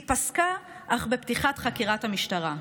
היא פסקה אך בפתיחת חקירת המשטרה.